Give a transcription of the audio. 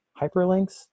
hyperlinks